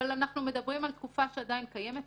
אנחנו מדברים על תקופה שעדיין קיימת,